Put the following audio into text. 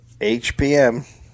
HPM